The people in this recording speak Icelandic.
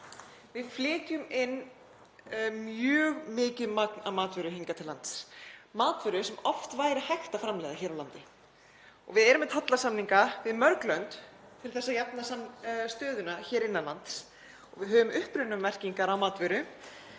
Við flytjum inn mjög mikið magn af matvöru hingað til lands, matvöru sem oft væri hægt að framleiða hér á landi. Við erum með tollasamninga við mörg lönd til að jafna stöðuna hér innan lands og við höfum upprunamerkingar á matvöru